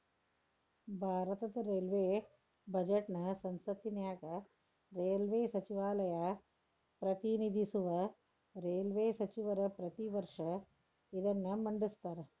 ಭಾರತದ ರೈಲ್ವೇ ಬಜೆಟ್ನ ಸಂಸತ್ತಿನ್ಯಾಗ ರೈಲ್ವೇ ಸಚಿವಾಲಯ ಪ್ರತಿನಿಧಿಸುವ ರೈಲ್ವೇ ಸಚಿವರ ಪ್ರತಿ ವರ್ಷ ಇದನ್ನ ಮಂಡಿಸ್ತಾರ